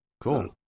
Cool